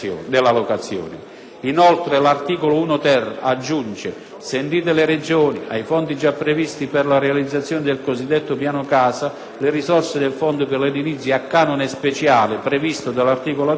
Inoltre, l'articolo 1-*ter* aggiunge, sentite le Regioni, ai fondi già previsti per la realizzazione del cosiddetto Piano casa le risorse del Fondo per l'edilizia a canone speciale, previsto dall'articolo 3,